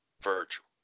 Virgil